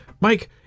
Mike